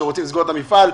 שרוצים לסגור את המפעל?